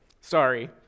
Sorry